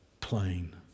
plain